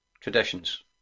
Traditions